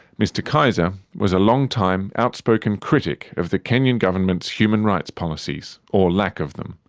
mr kaiser was a long time outspoken critic of the kenyan government's human rights policies, or lack of them.